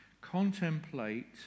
contemplate